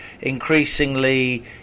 increasingly